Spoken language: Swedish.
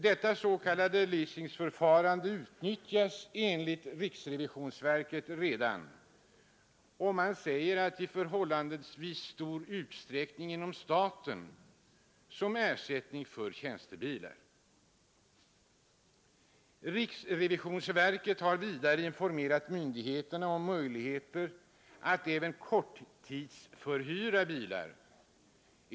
Detta s.k. leasingförfarande utnyttjas redan enligt verket i förhållandevis stor omfattning inom den statliga verksamheten som Riksrevisionsverket har vidare informerat myndigheterna om möjligheter att även korttidsförhyra bilar.